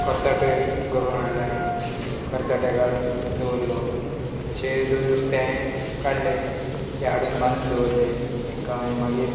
खर्चाटो एक करून हाडलो हांये खर्चाटे काडून दवरलो अशे दोन नुस्तें हांयें काडले तें हाडून बांदून दवरले तेंकां आनी मागीर